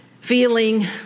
feeling